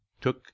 took